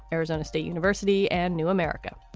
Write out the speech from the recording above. arizona state university and new america.